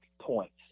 points